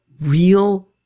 real